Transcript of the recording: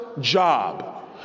job